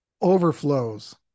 overflows